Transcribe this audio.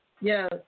Yes